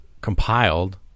compiled